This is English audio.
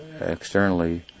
externally